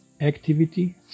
Activity